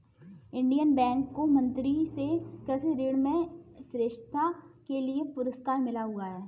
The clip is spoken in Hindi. इंडियन बैंक को मंत्री से कृषि ऋण में श्रेष्ठता के लिए पुरस्कार मिला हुआ हैं